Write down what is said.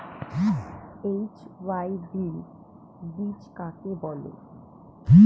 HYV বীজ কাকে বলে?